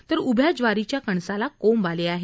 तर उभ्या ज्वारीच्या कणासाला कोंब आले आहेत